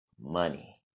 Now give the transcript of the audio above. money